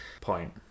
point